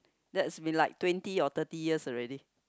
that's be like twenty or thirty years already